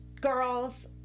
girls